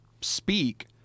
speak